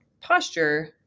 posture